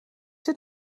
het